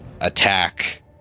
attack